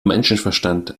menschenverstand